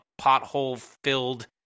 pothole-filled